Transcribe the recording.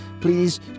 please